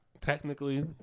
technically